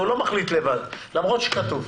הוא לא מחליט לבד, למרות שכתוב.